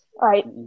right